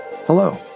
Hello